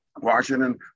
Washington